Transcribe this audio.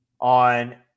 on